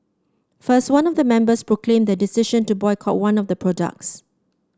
first one of the members proclaimed their decision to boycott one of the products